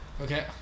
Okay